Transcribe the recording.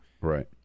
Right